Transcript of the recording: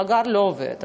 המאגר לא עובד,